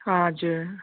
हजुर